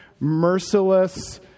merciless